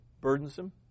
burdensome